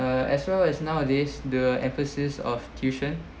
uh as well as nowadays the emphasis of tuition